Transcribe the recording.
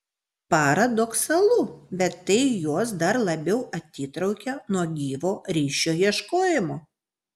paradoksalu bet tai juos dar labiau atitraukia nuo gyvo ryšio ieškojimo